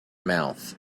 mouth